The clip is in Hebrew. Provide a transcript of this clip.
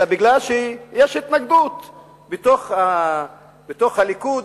אלא בגלל שיש התנגדות בתוך הליכוד,